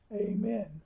Amen